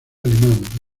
alemán